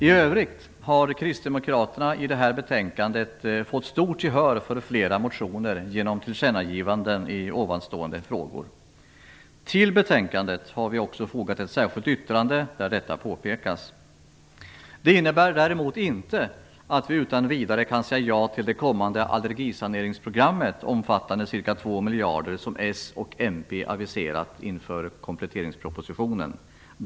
I övrigt har kristdemokraterna i betänkandet fått stort gehör för flera motioner genom tillkännagivanden i ovanstående frågor. Till betänkandet har vi också fogat ett särskilt yttrande där detta påpekas. Det innebär däremot inte att vi utan vidare kan säga ja till det kommande allergisaneringsprogram, omfattande ca 2 miljarder, som s och mp aviserat inför kompletteringspropositionen.